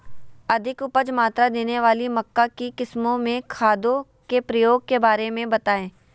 अधिक उपज मात्रा देने वाली मक्का की किस्मों में खादों के प्रयोग के बारे में बताएं?